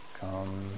Come